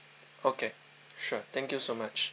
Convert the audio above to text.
okay sure thank you so much